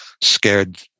scared